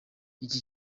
iki